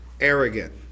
arrogant